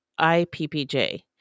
IPPJ